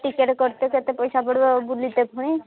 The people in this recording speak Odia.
ଟିକେଟ କରିତେ କେତେ ପଇସା ପଡ଼ିବ ବୁଲିତେ ପୁଣି